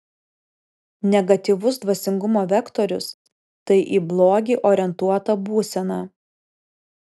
negatyvus dvasingumo vektorius tai į blogį orientuota būsena